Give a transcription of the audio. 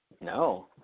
No